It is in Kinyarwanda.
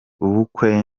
ubukwe